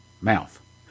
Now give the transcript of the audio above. mouth